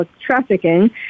trafficking